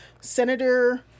Senator